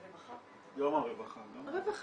ורווחה.